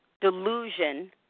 Delusion